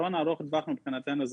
מבחינתנו,